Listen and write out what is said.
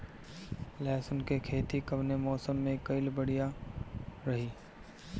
लहसुन क खेती कवने मौसम में कइल बढ़िया रही?